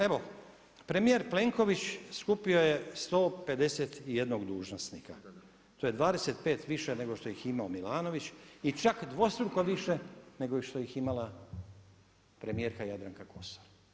Evo, premjer Plenković, skupio je 151 dužnosnika, to je 25 više nego što ih je imao Milanović i čak dvostruko više, nego što ih je imala primjerka Jadranka Kosor.